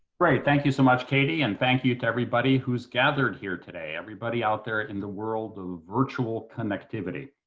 great. thank you so much, katie, and thank you to everybody who's gathered here today. everybody out there in the world of virtual connectivity.